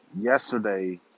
Yesterday